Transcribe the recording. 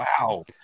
wow